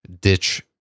ditch